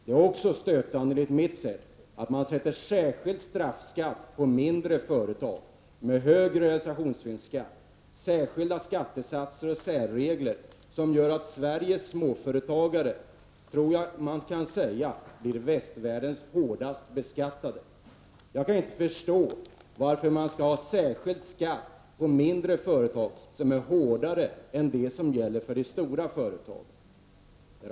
Enligt min mening är det också stötande att man tillämpar särskild straffskatt för mindre företag med högre realisationsvinstskatt, särskilda skattesatser och särregler som gör att Sveriges småföretagare — tror jag man kan säga — blir västvärldens hårdast beskattade. Jag kan inte förstå varför man skall ha särskild skatt på mindre företag som är hårdare än skatten på de stora företagen.